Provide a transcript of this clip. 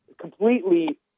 completely